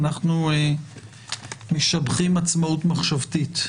אנחנו משבחים עצמאות מחשבתית.